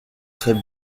très